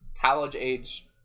college-age